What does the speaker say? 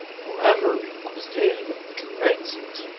forever inquisitive, dreads it.